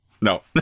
No